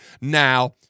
Now